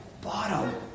bottom